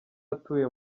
atuye